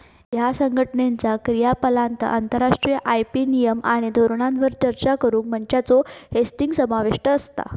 ह्या संघटनाचा क्रियाकलापांत आंतरराष्ट्रीय आय.पी नियम आणि धोरणांवर चर्चा करुक मंचांचो होस्टिंग समाविष्ट असता